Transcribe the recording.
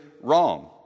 wrong